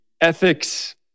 ethics